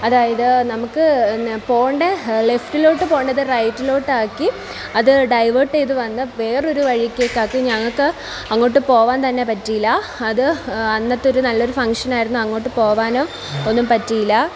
അതായത് നമുക്ക് എന്നാൽ പോകേണ്ടത് ലെഫ്റ്റിലോട്ട് പോകേണ്ടത് റൈറ്റിലോട്ട് ആക്കി അത് ഡൈവേർട്ട് ചെയ്ത് വന്നു വേറെ ഒരു വഴിക്കേക്ക് ആക്കി ഞങ്ങൾക്ക് അങ്ങോട്ട് പോവാൻ തന്നെ പറ്റിയില്ല അത് അന്നത്തെ ഒരു നല്ല ഒരു ഫംഗ്ഷൻ ആയിരുന്നു അങ്ങോട്ട് പോവാനോ ഒന്നും പറ്റിയില്ല